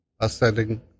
ascending